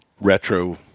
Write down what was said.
retro